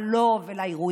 מה לו ולאירועים.